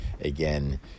again